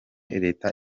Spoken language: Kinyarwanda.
leta